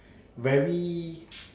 very